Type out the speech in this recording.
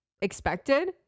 expected